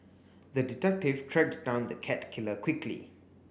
the detective tracked down the cat killer quickly